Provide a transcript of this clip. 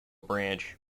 branch